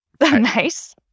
Nice